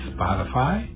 Spotify